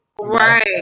right